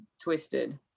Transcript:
twisted